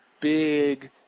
big